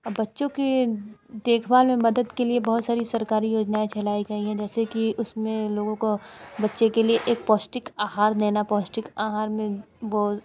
बच्चों की देख भाल में मदद के लिए बहुत सारी सरकारी योजनाएं चलाई गई हैं जैसे कि उसमें लोगों को बच्चे के लिए एक पौष्टिक आहार देना पौष्टिक आहार में वो